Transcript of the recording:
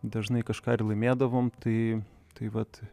dažnai kažką ir laimėdavom tai tai vat